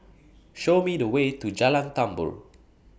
Show Me The Way to Jalan Tambur